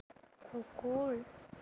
কুকুৰ